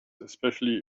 especially